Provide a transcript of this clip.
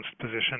position